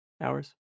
hours